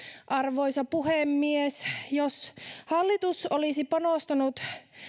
arvoisa puhemies jos hallitus olisi panostanut